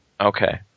Okay